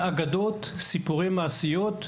אגדות וסיפורי מעשיות,